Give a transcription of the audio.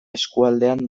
eskualdean